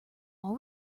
all